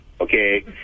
Okay